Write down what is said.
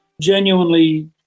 genuinely